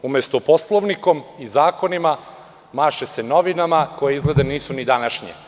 Umesto Poslovnikom i zakonima, maše se novinama koje izgleda nisu ni današnje.